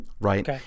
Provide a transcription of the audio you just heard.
right